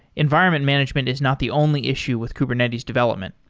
environment management is not the only issue with kubernetes development.